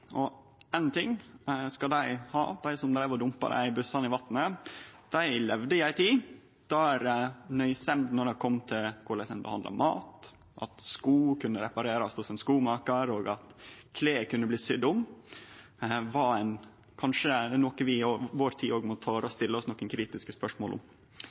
avfall. Ein ting skal dei ha, dei som dreiv og dumpa bussane i vatnet: Dei levde i ei tid med nøysemd når det handla om korleis ein behandla mat, at sko kunne reparerast hos ein skomakar, og at klede kunne bli sydde om. Det er kanskje noko vi i vår tid også må tørre å stille oss nokre kritiske spørsmål om.